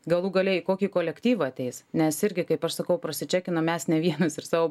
galų gale į kokį kolektyvą ateis nes irgi kaip aš sakau prasičekinam mes ne vienas ir savo